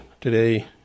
today